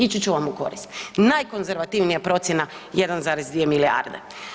Ići ću vam u korist, najkonzervativnija procjena 1,2 milijarde.